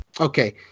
Okay